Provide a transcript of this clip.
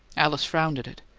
alice frowned at it.